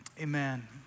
Amen